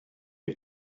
you